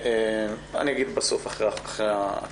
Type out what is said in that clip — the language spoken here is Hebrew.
אני אגיד בסוף אחרי ההקראה.